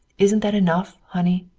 isn't that enough, honey?